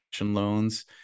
loans